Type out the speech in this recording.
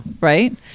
right